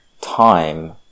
time